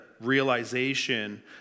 Realization